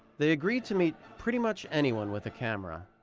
they agree to meet pretty much anyone with a camera,